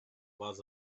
was